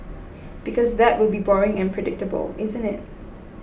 because that will be boring and predictable isn't it